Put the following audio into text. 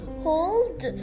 hold